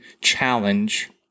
challenge